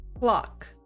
clock